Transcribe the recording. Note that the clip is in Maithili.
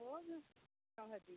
ओहो दिन समझि लेब